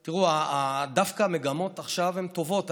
תראו, דווקא המגמות עכשיו הן טובות.